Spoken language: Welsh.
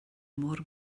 mor